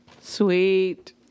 Sweet